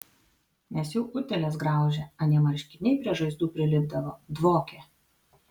nes jau utėlės graužė anie marškiniai prie žaizdų prilipdavo dvokė